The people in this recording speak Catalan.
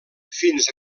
fins